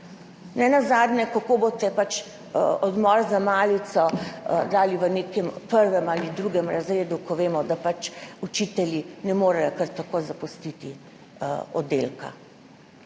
Nenazadnje, kako boste dali odmor za malico v nekem prvem ali drugem razredu, ko vemo, da učitelji ne morejo kar tako zapustiti oddelka.